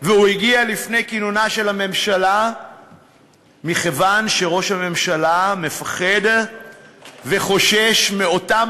והוא הגיע לפני כינונה של הממשלה מכיוון שראש הממשלה מפחד וחושש מאותם